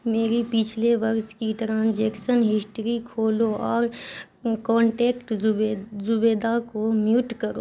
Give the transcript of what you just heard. میری پچھلے برس کی ٹرانجیکسن ہسٹری کھولو اور کانٹیکٹ زبیدہ کو میوٹ کرو